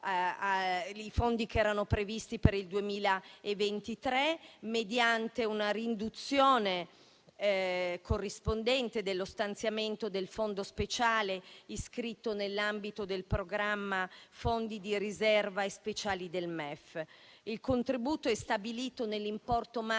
i fondi rispetto a quelli previsti per il 2023 mediante una riduzione corrispondente dello stanziamento del fondo speciale iscritto nell'ambito del programma dei fondi di riserva e speciali del MEF. Il contributo è stabilito nell'importo